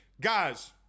Guys